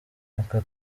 aka